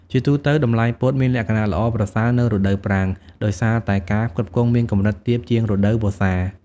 ជាទូទៅ តម្លៃពោតមានលក្ខណៈល្អប្រសើរនៅរដូវប្រាំង ដោយសារតែការផ្គត់ផ្គង់មានកម្រិតទាបជាងរដូវវស្សា។